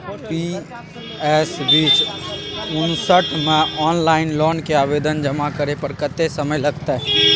PS बीच उनसठ म online loan के आवेदन जमा करै पर कत्ते समय लगतै?